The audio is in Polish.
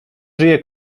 żyje